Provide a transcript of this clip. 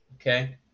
okay